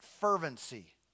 Fervency